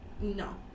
no